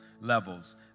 levels